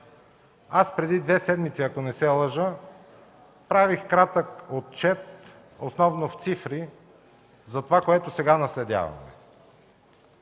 Преди две седмици, ако не се лъжа, правих кратък отчет, основно в цифри, за това, което сега наследяваме.